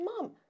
Mom